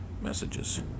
Messages